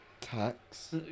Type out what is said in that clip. Tax